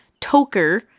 toker